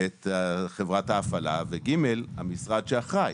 אחר כך חברת ההפעלה ושלישי המשרד שאחראי,